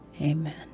Amen